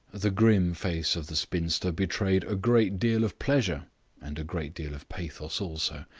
the grim face of the spinster betrayed a great deal of pleasure and a great deal of pathos also.